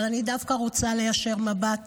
אבל אני דווקא רוצה להישיר מבט